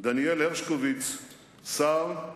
דניאל הרשקוביץ, שר,